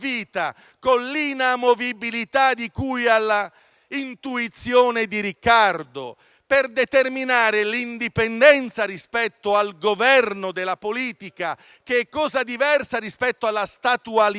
L'inamovibilità di cui all'intuizione di Ricardo per determinare l'indipendenza rispetto al governo della politica, che è cosa diversa rispetto alla statualità